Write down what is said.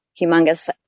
humongous